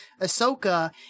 Ahsoka